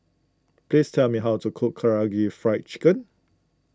please tell me how to cook Karaage Fried Chicken